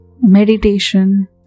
meditation